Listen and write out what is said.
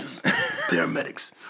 Paramedics